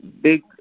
big